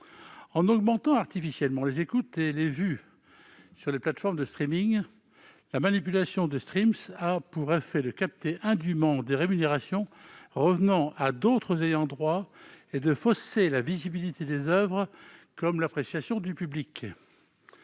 En augmentant artificiellement les écoutes et les vues sur les plateformes de, la manipulation de a pour effet de capter indûment des rémunérations revenant à d'autres ayants droit et de fausser la visibilité des oeuvres comme l'appréciation du public.